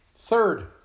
Third